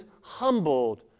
humbled